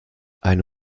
eine